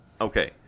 Okay